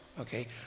Okay